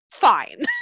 fine